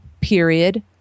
period